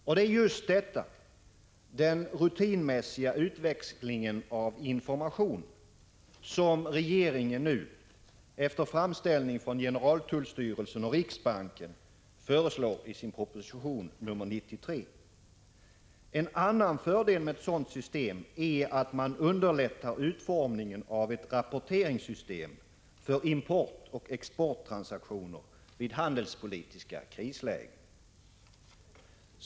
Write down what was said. Och det är just detta, den rutinmässiga utväxlingen av information, som regeringen efter framställning från generaltullstyrelsen och riksbanken föreslår i sin proposition nr 93. En annan fördel med ett sådant system är att man underlättar utformningen av ett rapporteringssystem för importoch exporttransaktioner vid handelspolitiska krislägen.